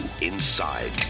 inside